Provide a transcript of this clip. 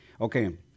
okay